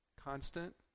constant